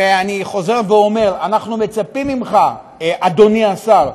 אני חוזר ואומר, אנחנו מצפים ממך, אדוני השר,